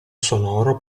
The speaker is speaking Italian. sonoro